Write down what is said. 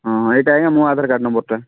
ହଁ ଏଇଟା ଆଜ୍ଞା ମୋ ଆଧାର କାର୍ଡ୍ ନମ୍ବର୍ଟା